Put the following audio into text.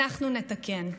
אנחנו נתקן.